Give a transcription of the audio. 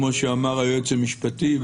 כמו שאמר היועץ המשפטי,